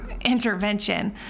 intervention